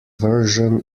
version